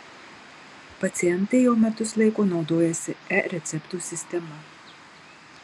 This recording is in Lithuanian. pacientai jau metus laiko naudojasi e receptų sistema